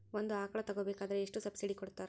ಒಂದು ಆಕಳ ತಗೋಬೇಕಾದ್ರೆ ಎಷ್ಟು ಸಬ್ಸಿಡಿ ಕೊಡ್ತಾರ್?